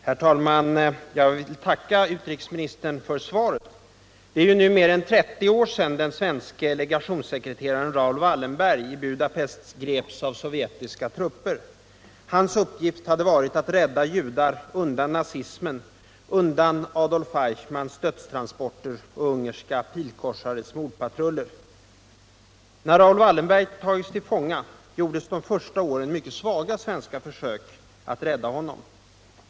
Herr talman! Jag tackar utrikesministern för svaret. Det är nu mer än 30 år sedan den svenske Icgationssekreteraren Raoul Wallenberg i Budapest greps av sovjetiska trupper. Hans uppgift hade varit att rädda judar undan nazismen, undan Adolf Eichmanns dödstransporter och ungerska pilkorsares mordpatruller. När Raoul Wallenberg tagits till fånga gjordes de första åren mycket svaga svenska försök att rädda honom.